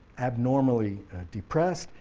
abnormally depressed,